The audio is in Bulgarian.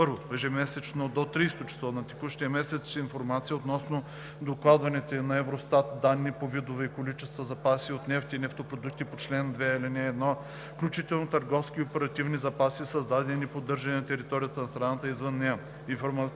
1. ежемесечно до 30-о число на текущия месец информация относно докладваните на Евростат данни по видове и количества запаси от нефт и нефтопродукти по чл. 2, ал. 1, включително търговски и оперативни запаси, създадени и поддържани на територията на страната и извън нея;